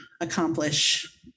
accomplish